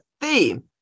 theme